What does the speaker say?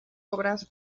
obras